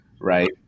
right